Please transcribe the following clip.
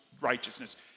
righteousness